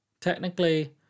Technically